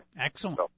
Excellent